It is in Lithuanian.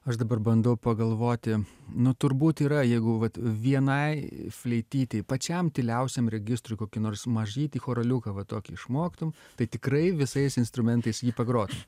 aš dabar bandau pagalvoti nu turbūt yra jeigu vat vienai fleityti pačiam tyliausiam registrui kokį nors mažytį choraliuką va tokį išmoktum tai tikrai visais instrumentais jį pagrotum